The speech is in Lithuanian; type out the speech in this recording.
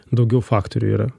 daugiau faktorių yra